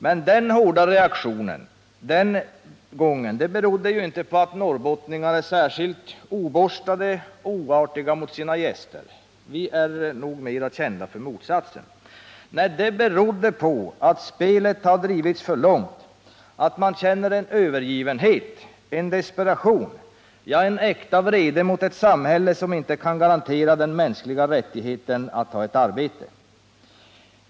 Men den hårda reaktionen den gången berodde ju inte på att norrbottningarna är särskilt oborstade och oartiga mot sina gäster — vi är nog mera kända för motsatsen. Nej, det berodde på att spelet har drivits för långt, att man känner en övergivenhet, en desperation och en äkta vrede mot ett samhälle som inte kan garantera den mänskliga rättigheten att ha ett arbete.